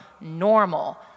normal